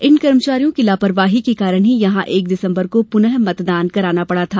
इन कर्मचारियों की लापरवाही के कारण ही यहां एक दिसम्बर को पुनः मतदान कराना पड़ा था